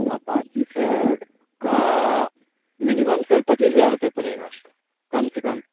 Apache sir کا minimum sir پچیس ہزار روپیہ پڑے گا آپ کا کم سے کم